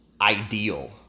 ideal